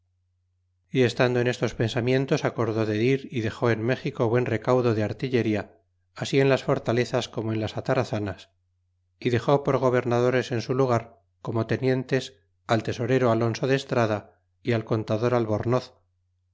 y estando en estos pensamientos acordó de ir y dexó en méxico buen recaudo de artillería ansi en las fortalezas como en las atarazanas y dexis por gobernadores en su lugar como tenientes al tesorero alonso de estrada y al contador albornoz